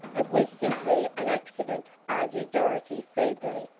it was simply an accident, argued dorothy feebly.